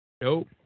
Nope